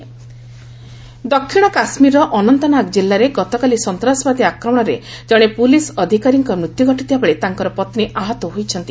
JK killed ଦକ୍ଷିଣ କାଶ୍ମୀରର ଅନନ୍ତନାଗ ଜିଲ୍ଲାରେ ଗତକାଲି ସନ୍ତାସବାଦୀ ଆକ୍ରମଣରେ ଜଣେ ପୁଲିସ୍ ଅଧିକାରୀଙ୍କର ମୃତ୍ୟୁ ଘଟିଥିବାବେଳେ ତାଙ୍କର ପତ୍ନୀ ଆହତ ହୋଇଛନ୍ତି